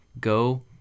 go